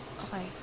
okay